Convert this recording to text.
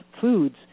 foods